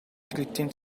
threatened